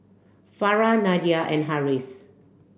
Farah Nadia and Harris